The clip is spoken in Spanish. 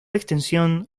extensión